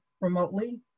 remotely